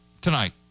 tonight